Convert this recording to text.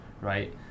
right